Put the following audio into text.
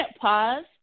pause